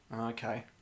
Okay